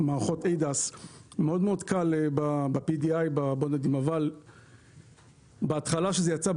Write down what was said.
מערכות ADAS. מאוד קל ב-PDI --- אבל בהתחלה כשזה יצא,